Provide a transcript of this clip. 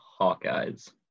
Hawkeyes